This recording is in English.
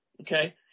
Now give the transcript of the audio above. okay